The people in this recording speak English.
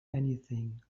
anything